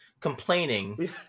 complaining